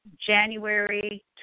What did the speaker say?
January